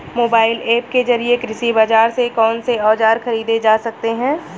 Mobile app के जरिए कृषि बाजार से कौन से औजार ख़रीदे जा सकते हैं?